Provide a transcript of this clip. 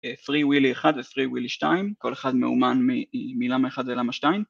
פרי ווילי 1 ופרי ווילי 2, כל אחד מאומן מלמה 1 ללמה 2